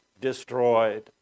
destroyed